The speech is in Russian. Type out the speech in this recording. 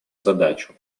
задачу